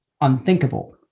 unthinkable